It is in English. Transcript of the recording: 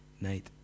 night